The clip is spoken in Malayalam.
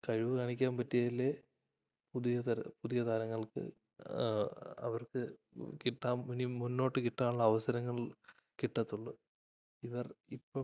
കഴിവു കാണിക്കാന് പറ്റിയാലേ പുതിയ താരങ്ങൾക്ക് അവർക്ക് കിട്ടാം ഇനി മുന്നോട്ടു കിട്ടാനുള്ള അവസരങ്ങൾ കിട്ടത്തുള്ളൂ ഇവർ ഇപ്പോള്